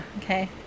okay